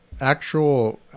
actual